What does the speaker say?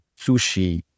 sushi